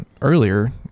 earlier